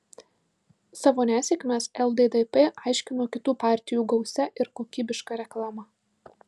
savo nesėkmes lddp aiškino kitų partijų gausia ir kokybiška reklama